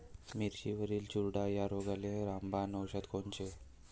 मिरचीवरील चुरडा या रोगाले रामबाण औषध कोनचे?